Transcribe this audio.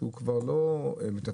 שהוא כבר לא מתפקד.